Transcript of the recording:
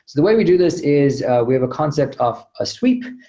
the way we do this is we have a concept of a sweep,